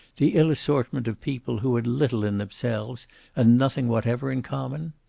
the ill-assortment of people who had little in themselves and nothing whatever in common?